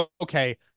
okay